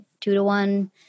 two-to-one